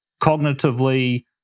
cognitively